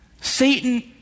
Satan